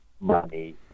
money